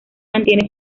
mantiene